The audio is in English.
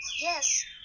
Yes